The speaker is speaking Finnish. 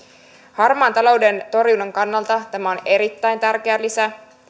harmaan talouden torjunnan kannalta tämä on erittäin tärkeä lisä